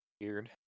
Weird